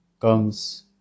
comes